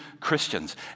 Christians